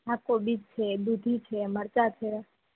હા કોબીજ છે દૂધી છે મરચા છે